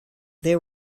they